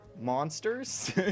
monsters